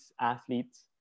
athletes